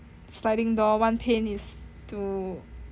sliding door one pane is to err